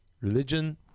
religion